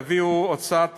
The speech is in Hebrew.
תביאו את הוצאת